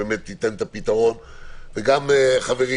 אני מזכירה שכדי לתת את הצהוב-ירוק או את האדום-ירוק